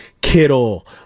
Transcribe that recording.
Kittle